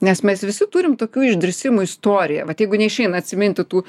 nes mes visi turim tokių išdrįsimų istoriją vat jeigu neišeina atsiminti tų